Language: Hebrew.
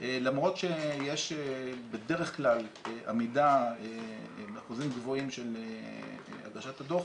למרות שיש בדרך כלל עמידה באחוזים גבוהים של הגשת הדוח